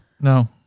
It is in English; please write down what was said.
No